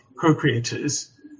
co-creators